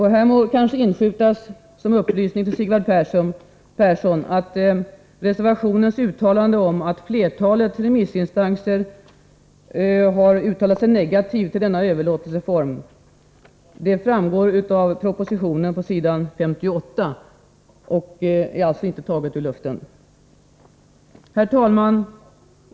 Här må kanske inskjutas som upplysning till Sigvard Persson att reservationens uttalande om att flertalet remissinstanser har yttrat sig negativt till denna överlåtelseform inte är taget ur luften. Detta framgår nämligen av propositionen på s. 58. Herr talman!